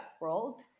world